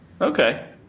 Okay